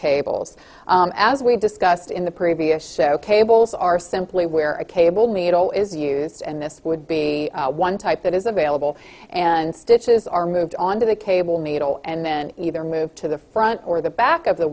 cables as we've discussed in the previous show cables are simply where a cable needle is used and this would be one type that is available and stitches are moved on to the cable needle and then either move to the front or the back of the